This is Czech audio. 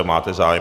Máte zájem?